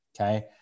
okay